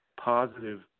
positive